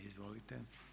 Izvolite.